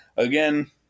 again